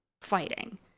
fighting